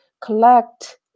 collect